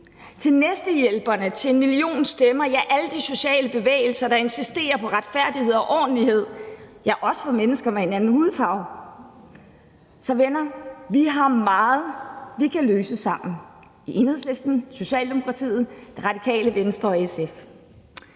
til Næstehjælperne, til #enmillionstemmer, ja, alle de sociale bevægelser, der insisterer på retfærdighed og ordentlighed, ja, også for mennesker med en anden hudfarve. Så, venner, vi har meget, vi kan løse sammen i Enhedslisten, Socialdemokratiet, Det Radikale Venstre og SF.